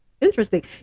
Interesting